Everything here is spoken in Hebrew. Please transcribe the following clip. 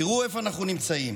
תראו איפה אנחנו נמצאים.